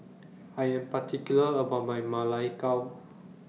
I Am particular about My Ma Lai Gao